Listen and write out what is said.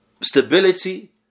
stability